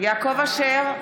יעקב אשר,